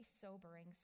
sobering